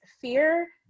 fear